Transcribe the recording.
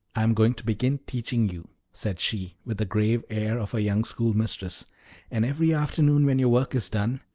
i am going to begin teaching you, said she, with the grave air of a young schoolmistress and every afternoon, when your work is done,